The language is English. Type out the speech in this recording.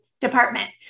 department